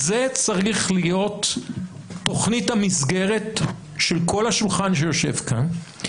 זו צריכה להיות תכנית המסגרת של כל השולחן שיושב כאן,